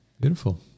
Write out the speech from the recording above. beautiful